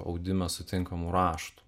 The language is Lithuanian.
audime sutinkamų raštų